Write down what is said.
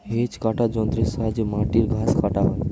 hedge কাটার যন্ত্রের সাহায্যে মাটির ঘাস কাটা হয়